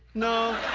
no.